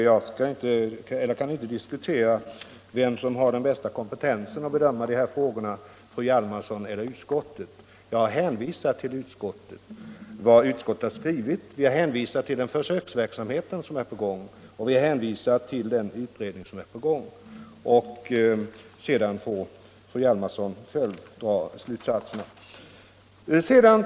Herr talman! Jag kan inte diskutera vem som har den bästa kompetensen när det gäller att bedöma dessa frågor — fru Hjalmarsson eller utskottet. Jag har hänvisat till vad utskottet skrivit och där vi hänvisat till den försöksverksamhet och den utredning som är på gång. Sedan får fru Hjalmarsson själv dra slutsatserna.